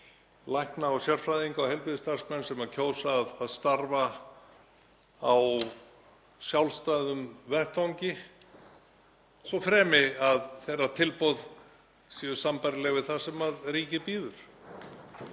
lækna og sérfræðinga og heilbrigðisstarfsmenn sem kjósa að starfa á sjálfstæðum vettvangi, svo fremi að þeirra tilboð séu sambærileg við það sem ríkið býður.